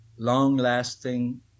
long-lasting